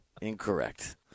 Incorrect